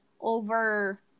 over